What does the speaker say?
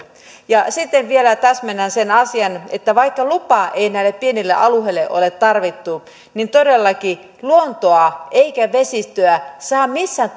ja sitten vielä täsmennän sen asian että vaikka lupaa ei näille pienille alueille ole tarvittu niin todellakaan ei luontoa eikä vesistöä saa missään